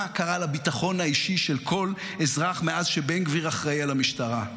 מה קרה לביטחון האישי של כל אזרח מאז שבן גביר אחראי למשטרה.